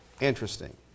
interesting